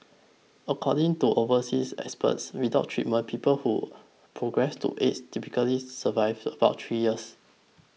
according to overseas experts without treatment people who progress to AIDS typically survive about three years